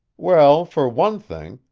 well, for one thing,